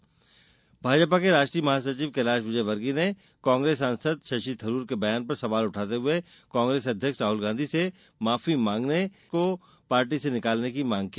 वहीं भाजपा के राष्ट्रीय महासचिव कैलाश विजयवर्गीय ने कांग्रेस सांसद शशि थरूर के बयान पर सवाल उठाते हुए कांग्रेस अध्यक्ष राहुल गांधी से माफी मांगने या सांसद को पार्टी से निकालने की मांग की